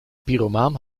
pyromaan